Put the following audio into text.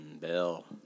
Bill